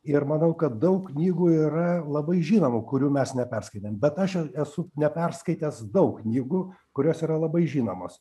ir manau kad daug knygų yra labai žinomų kurių mes neperskaitėm bet aš esu neperskaitęs daug knygų kurios yra labai žinomos